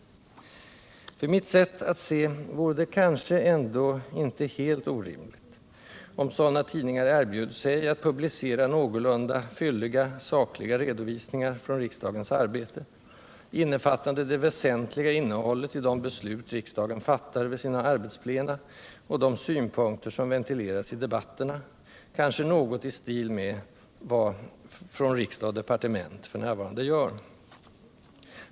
Enligt mitt sätt 93 att se vore det kanske ändå inte helt orimligt, om sådana tidningar erbjöd sig att publicera någorlunda fylliga och sakliga redovisningar från riksdagens arbete, innefattande det väsentliga innehållet i de beslut riksdagen fattar vid sina arbetsplena och de synpunkter som ventileras i debatterna, kanske något i stil med vad Från Riksdag & Departement f. n. gör.